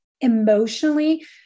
emotionally